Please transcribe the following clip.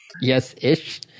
Yes-ish